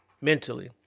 mentally